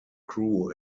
crew